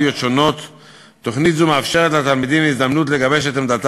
ינמק את ההצעה חבר הכנסת